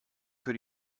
für